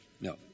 No